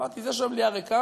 אמרתי: זה שהמליאה ריקה